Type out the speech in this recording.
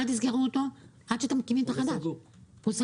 אבל אל תסגרו אותו עד שאתם מקימים אתר חדש.